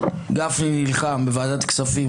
גפני נלחם בוועדת הכספים,